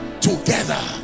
Together